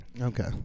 Okay